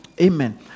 Amen